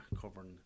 covering